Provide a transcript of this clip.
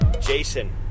jason